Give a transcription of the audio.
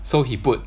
so he put